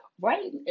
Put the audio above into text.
Right